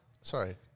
sorry